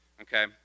okay